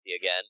again